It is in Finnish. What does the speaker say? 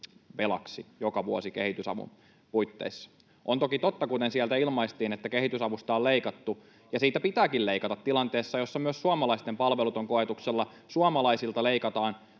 velaksi joka vuosi kehitysavun puitteissa. On toki totta, kuten sieltä ilmaistiin, että kehitysavusta on leikattu, ja siitä pitääkin leikata tilanteessa, jossa myös suomalaisten palvelut ovat koetuksella. Suomalaisilta leikataan